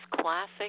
classic